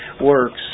works